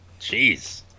Jeez